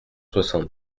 soixante